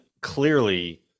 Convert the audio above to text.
clearly